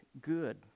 good